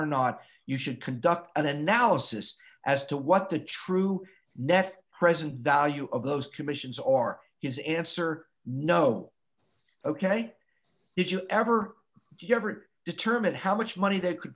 or not you should conduct an analysis as to what the true net present value of those commissions are is answer no ok if you ever do you ever determine how much money that could